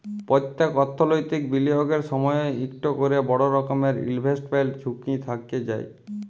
প্যত্তেক অথ্থলৈতিক বিলিয়গের সময়ই ইকট ক্যরে বড় রকমের ইলভেস্টমেল্ট ঝুঁকি থ্যাইকে যায়